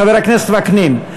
חבר הכנסת וקנין,